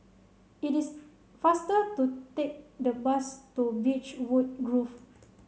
it is faster to take the bus to Beechwood Grove